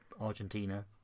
Argentina